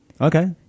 Okay